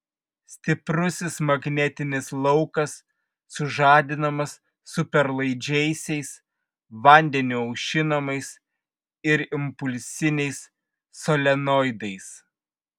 stiprusis magnetinis laukas sužadinamas superlaidžiaisiais vandeniu aušinamais ir impulsiniais solenoidais